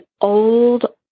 old